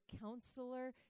counselor